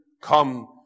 come